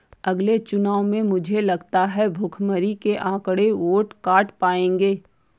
अगले चुनाव में मुझे लगता है भुखमरी के आंकड़े वोट काट पाएंगे